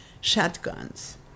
shotguns